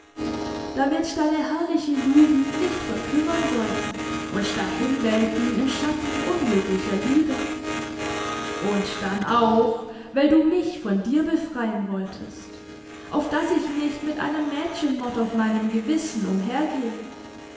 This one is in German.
damit deine herrliche jugend nicht verkümmern sollte und dahinwelken im schatten unglücklicher liebe und dann auch weil du mich von dir befreien wolltest auf daß ich nicht mit einem mädchenmord auf meinem gewissen